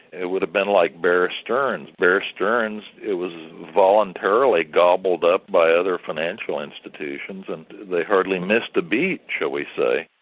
it would have been like bear stearns. bear stearns, it was voluntarily gobbled up by other financial institutions and they hardly missed a beat, shall we say.